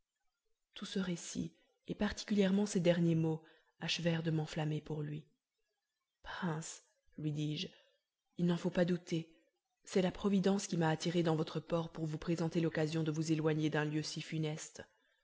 tout ce récit et particulièrement ces derniers mots achevèrent de m'enflammer pour lui prince lui dis-je il n'en faut pas douter c'est la providence qui m'a attirée dans votre port pour vous présenter l'occasion de vous éloigner d'un lieu si funeste